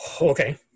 Okay